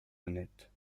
honnête